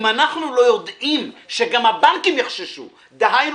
אם אנחנו לא יודעים שגם הבנקים יחששו דהיינו,